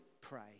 pray